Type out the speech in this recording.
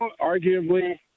arguably